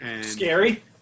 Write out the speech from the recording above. Scary